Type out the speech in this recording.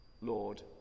Lord